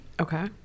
Okay